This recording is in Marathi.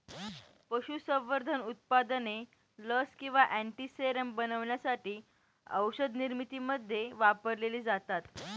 पशुसंवर्धन उत्पादने लस किंवा अँटीसेरम बनवण्यासाठी औषधनिर्मितीमध्ये वापरलेली जातात